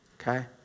Okay